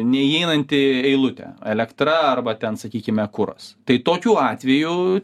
neįeinanti eilutė elektra arba ten sakykime kuras tai tokių atvejų